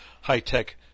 high-tech